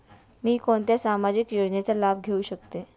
मी कोणत्या सामाजिक योजनेचा लाभ घेऊ शकते?